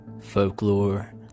folklore